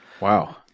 Wow